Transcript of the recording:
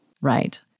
Right